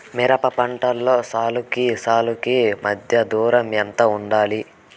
మిరప పంటలో సాలుకి సాలుకీ మధ్య దూరం ఎంత వుండాలి?